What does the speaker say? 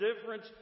difference